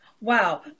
Wow